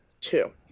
two